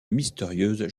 mystérieuse